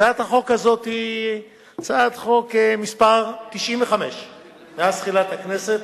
הצעת החוק הזאת היא הצעת חוק מס' 95 מאז תחילת הכנסת,